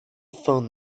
phone